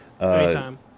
Anytime